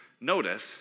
Notice